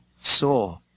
saw